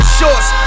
shorts